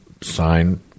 sign